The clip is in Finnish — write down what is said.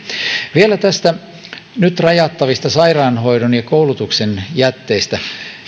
vielä näistä nyt rajattavista sairaanhoidon ja koulutuksen jätteistä